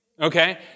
okay